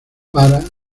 para